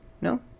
No